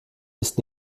ist